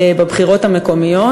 בבחירות המקומיות,